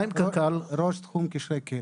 ראש תחום קשרי קהילה.